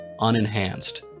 unenhanced